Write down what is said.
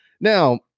now